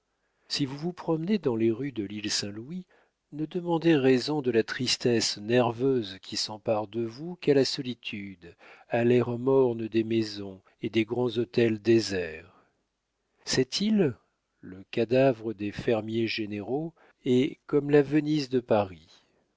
si vous vous promenez dans les rues de l'île saint-louis ne demandez raison de la tristesse nerveuse qui s'empare de vous qu'à la solitude à l'air morne des maisons et des grands hôtels déserts cette île le cadavre des fermiers généraux est comme la venise de paris